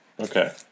Okay